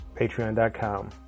Patreon.com